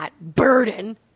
burden